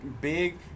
Big